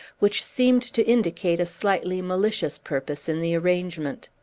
which seemed to indicate a slightly malicious purpose in the arrangement.